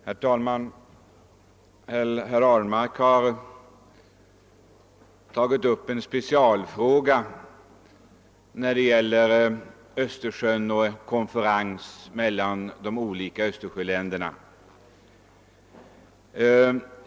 Herr talman! Herr Ahlmark har tagit upp en specialfråga som gäller Östersjön och konferensen mellan de olika Östersjöländerna.